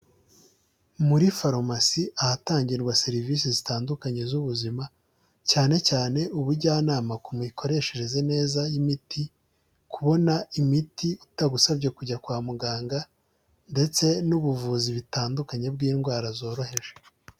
Muri farumasi ahatangirwa serivisi zitandukanye z'ubuzima cyane cyane ubujyanama ku mikoreshereze neza y'imiti, kubona imiti bitagusabye kujya kwa muganga, ndetse n'ubuvuzi butandukanye bw'indwara zoroheje.